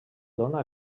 dóna